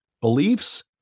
beliefs